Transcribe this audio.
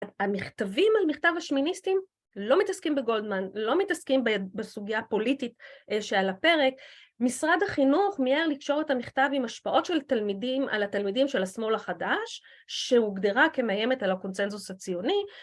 המכתבים על מכתב השמיניסטים לא מתעסקים בגולדמן, לא מתעסקים בסוגיה הפוליטית שעל הפרק, משרד החינוך מיהר לקשור את המכתב עם השפעות של תלמידים על התלמידים של השמאל החדש שהוגדרה כמאיימת על הקונצנזוס הציוני